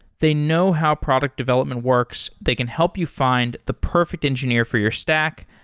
they know how product development works. they can help you find the perfect engineer for your stack,